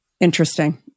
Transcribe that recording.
Interesting